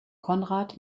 konrad